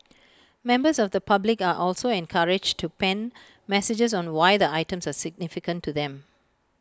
members of the public are also encouraged to pen messages on why the items are significant to them